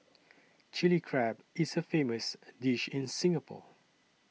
Chilli Crab is a famous a dish in Singapore